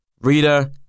Reader